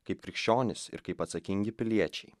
kaip krikščionys ir kaip atsakingi piliečiai